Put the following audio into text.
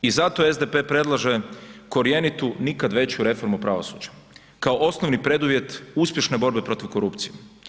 I zato SDP predlaže korjenitu, nikad veću reformu pravosuđa kao osnovni preduvjet uspješne borbe protiv korupcije.